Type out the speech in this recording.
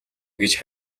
гэж